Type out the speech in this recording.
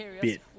bit